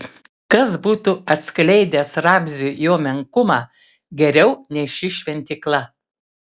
kas būtų atskleidęs ramziui jo menkumą geriau nei ši šventykla